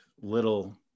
little